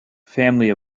family